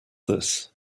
this